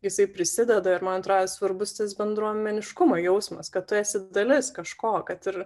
jisai prisideda ir man atrodo svarbus tas bendruomeniškumo jausmas kad tu esi dalis kažko kad ir